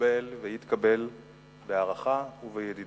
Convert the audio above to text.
מתקבל ויתקבל בהערכה ובידידות.